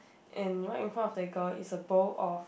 and right in front of the girl is a bowl of